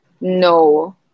No